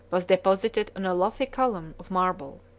was deposited on a lofty column of marble.